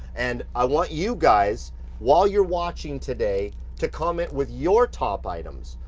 and i want you guys while you're watching today to comment with your top items.